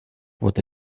what